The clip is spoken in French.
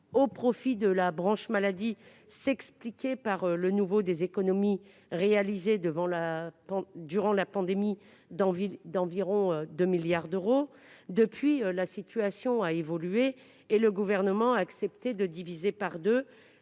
au profit de la branche maladie s'expliquait par le niveau des économies réalisées durant la pandémie, à hauteur d'environ 2 milliards d'euros. Depuis, la situation a évolué, et le Gouvernement a accepté de diviser par deux